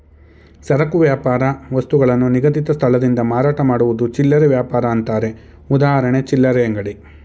ಸರಕು ವ್ಯಾಪಾರ ವಸ್ತುಗಳನ್ನು ನಿಗದಿತ ಸ್ಥಳದಿಂದ ಮಾರಾಟ ಮಾಡುವುದು ಚಿಲ್ಲರೆ ವ್ಯಾಪಾರ ಅಂತಾರೆ ಉದಾಹರಣೆ ಚಿಲ್ಲರೆ ಅಂಗಡಿ